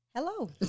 Hello